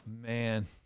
man